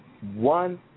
one